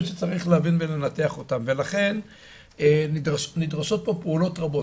שצריך להבין ולנתח אותם ולכן נדרשות פה פעולות רבות,